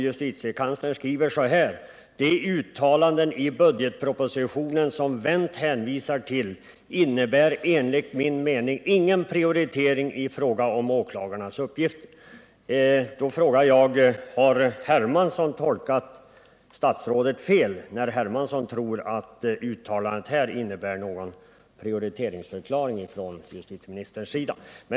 Justitiekanslern skriver: ”De uttalanden i budgetpropositionen som Wendt hänvisar till innebär enligt min mening ingen prioritering i fråga om åklagarnas uppgifter.” Då frågar jag: Har herr Hermansson tolkat statsrådet fel när herr Hermansson tror att uttalandet här innebär någon prioriteringsförklaring från justitieministerns sida?